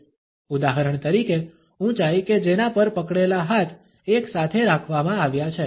ઉદાહરણ તરીકે ઊંચાઈ કે જેના પર પકડેલા હાથ એક સાથે રાખવામાં આવ્યા છે